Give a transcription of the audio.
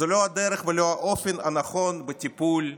זו לא הדרך ולא האופן הנכון לטיפול באירוע.